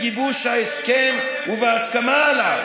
היכן הם הפלסטינים בגיבוש ההסכם ובהסכמה עליו?